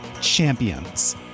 Champions